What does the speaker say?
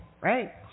right